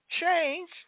change